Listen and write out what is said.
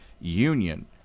Union